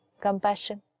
Compassion